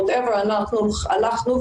whatever הלכנו,